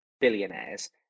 billionaires